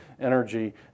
energy